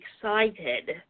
excited